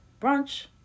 brunch